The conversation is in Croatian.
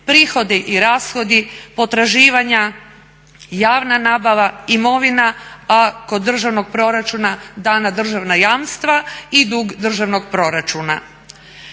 prihodi i rashodi, potraživanja, javna nabava, imovina, a kod državnog proračuna dana državna jamstva i dug državnog proračuna.